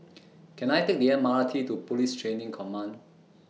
Can I Take The M R T to Police Training Command